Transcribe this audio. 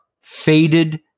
faded